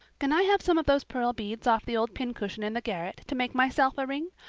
can i have some of those pearl beads off the old pincushion in the garret to make myself a ring?